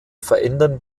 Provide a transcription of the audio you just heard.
verändern